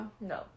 No